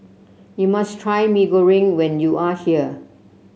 you must try Mee Goreng when you are here